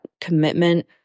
commitment